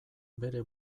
bere